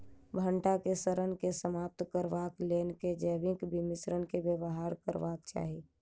भंटा केँ सड़न केँ समाप्त करबाक लेल केँ जैविक मिश्रण केँ व्यवहार करबाक चाहि?